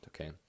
okay